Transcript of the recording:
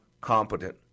competent